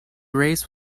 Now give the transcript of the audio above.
race